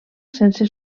sense